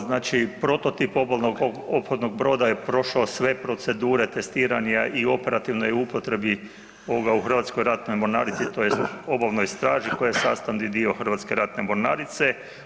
Znači, prototip obalnog ophodnog broda je prošao sve procedure testiranja i u operativnoj je upotrebi u Hrvatskoj ratnoj mornarici tj. Obalnoj straži koja je sastavni dio Hrvatske ratne mornarice.